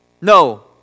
No